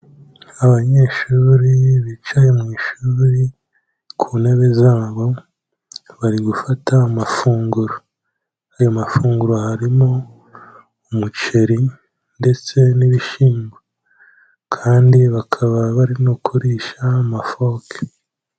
Abanyeshuri bicaye mu ishuri ku ntebe zabo, bari gufata amafunguro, ayo mafunguro harimo umuceri ndetse n'ibishyimbo, kandi bakaba bari no kurisha n'amafoke.